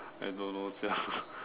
I don't know sia